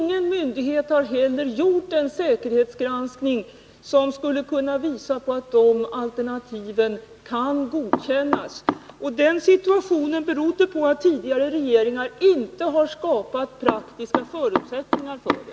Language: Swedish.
Ingen myndighet har heller gjort en säkerhetsgranskning som skulle kunna visa att det alternativet kan godkännas. Och den situationen berodde på att tidigare regeringar inte har skapat praktiska förutsättningar för det.